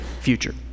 future